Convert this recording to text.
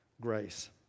grace